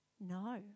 no